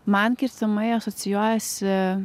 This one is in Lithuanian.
man kirtimai asocijuojasi